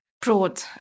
broad